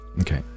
Okay